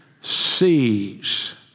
sees